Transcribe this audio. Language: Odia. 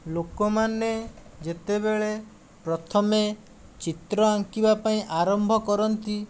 ଲୋକମାନେ ଯେତେବେଳେ ପ୍ରଥମେ ଚିତ୍ର ଆଙ୍କିବା ପାଇଁ ଆରମ୍ଭ କରନ୍ତି